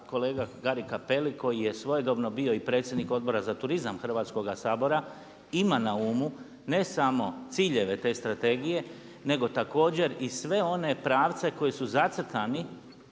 kolega Gari Cappelli koji je svojedobno bio i predsjednik Odbora za turizam Hrvatskoga sabora ima na umu ne samo ciljeve te strategije nego također i sve one pravce koji su zacrtani